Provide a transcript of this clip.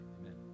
amen